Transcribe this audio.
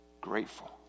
grateful